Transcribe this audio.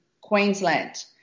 Queensland